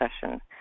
session